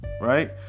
Right